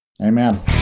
Amen